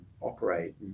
operate